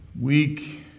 Weak